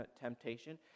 temptation